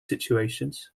situations